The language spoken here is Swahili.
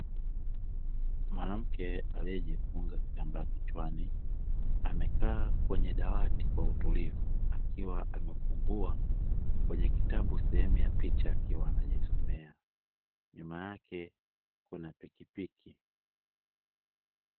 Mwanamke aliyejifunga kitambaa kichwani amekaa kwenye dawati kwa utulivu akiwa amefungua kwenye kitabu sehemu ya picha akiwa anajisomea. Nyuma yake kuna pikipiki.